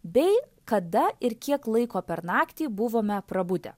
bei kada ir kiek laiko per naktį buvome prabudę